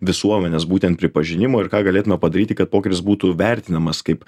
visuomenės būtent pripažinimo ir ką galėtume padaryti kad pokytis būtų vertinamas kaip